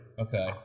Okay